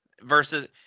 Versus